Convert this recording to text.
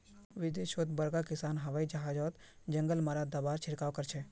विदेशत बड़का किसान हवाई जहाजओत जंगल मारा दाबार छिड़काव करछेक